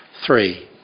Three